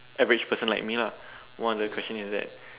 average person like me lah one of the question is that